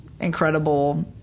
incredible